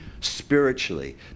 spiritually